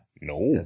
No